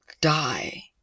die